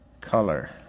Color